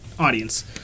Audience